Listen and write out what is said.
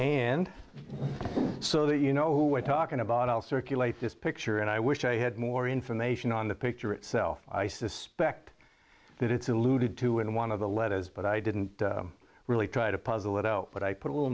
and so that you know who we're talking about i'll circulate this picture and i wish i had more information on the picture itself i suspect that it's alluded to in one of the letters but i didn't really try to puzzle it out but i put a little